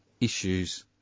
issues